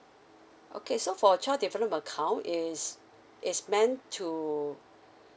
okay so for child development account is is meant to